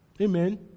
Amen